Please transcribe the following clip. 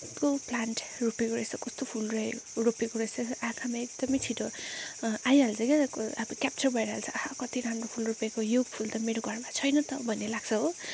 कस्तो प्लान्ट रोपेको रहेछ कस्तो फुल रहेछ रोपेको रहेछ आँखामा एकदमै छिटो आइहाल्छ क्या त अब क्याप्चर भएर भइहाल्छ आह कति राम्रो रोपेको यो फुल त मेरो घरमा छैन त भन्ने लाग्छ हो